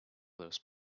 those